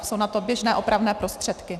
Jsou na to běžné opravné prostředky.